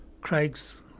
craig's